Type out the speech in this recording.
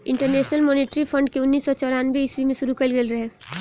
international monetary fund के उन्नीस सौ चौरानवे ईस्वी में शुरू कईल गईल रहे